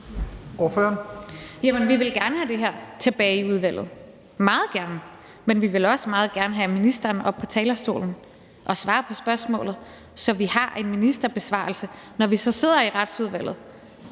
vi vil gerne have det her tilbage i udvalget, meget gerne, men vi vil også meget gerne have ministeren op på talerstolen og svare på spørgsmålet, så vi har en ministerbesvarelse, når vi så sidder i Retsudvalget